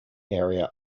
area